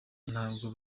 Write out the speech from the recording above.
ntabwo